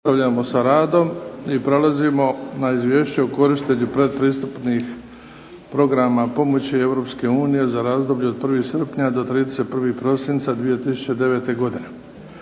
Nastavljamo sa radom i prelazimo na 6. Izvješće o korištenju pretpristupnih programa pomoći Europske unije za razdoblje od 1. srpnja do 31. prosinca 2009. godine